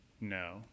No